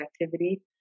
activity